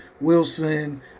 Wilson